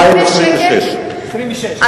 זה 2026. 26,